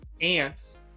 ants